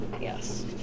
Yes